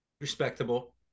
respectable